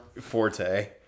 forte